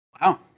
Wow